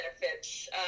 benefits